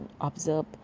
observe